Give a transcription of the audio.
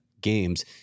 games